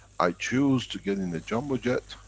i choose to get in a jumbo jet,